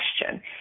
question